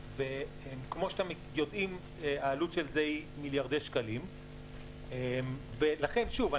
וכמו שאתם יודעים העלות של זה היא מיליארדי שקלים ולכן שוב,